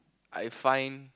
I find